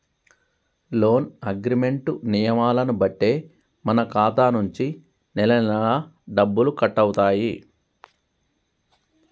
loan agreement నియమాలను బట్టే మన ఖాతా నుంచి నెలనెలా డబ్బులు కట్టవుతాయి